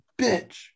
bitch